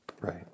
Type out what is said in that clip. Right